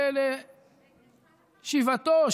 ולשיבתו,